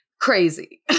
crazy